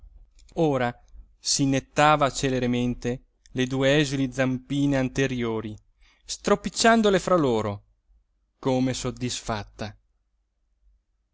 ora si nettava celermente le due esili zampine anteriori stropicciandole fra loro come soddisfatta